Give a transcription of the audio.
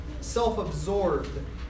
self-absorbed